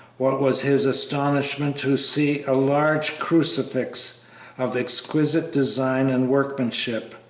what was his astonishment to see a large crucifix of exquisite design and workmanship.